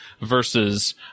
versus